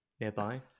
nearby